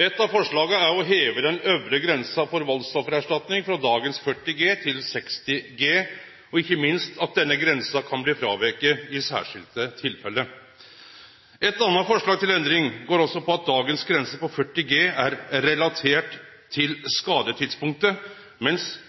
Eit av forslaga er å heve den øvre grensa for valdsoffererstatning frå dagens 40 G til 60 G, og ikkje minst at denne grensa kan bli fråviken i særskilte tilfelle. Eit anna forslag til endring går ut på at dagens grense på 40 G er relatert til skadetidspunktet, mens